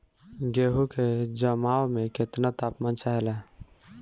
गेहू की जमाव में केतना तापमान चाहेला?